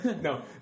No